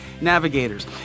Navigators